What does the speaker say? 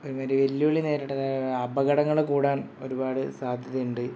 ഒരുമാതിരി വെല്ലുവിളി നേരിടുന്ന അപകടങ്ങൾ കൂടാൻ ഒരുപാട് സാധ്യത ഉണ്ട്